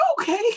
okay